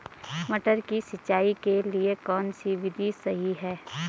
मटर की सिंचाई के लिए कौन सी विधि सही है?